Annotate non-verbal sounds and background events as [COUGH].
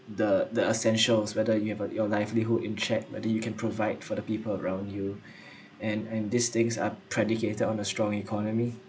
the the essential is whether you have uh your livelihood in check whether you can provide for the people around you [BREATH] and and these things are predicated on the strong economy